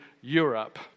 Europe